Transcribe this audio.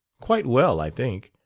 quite well, i think.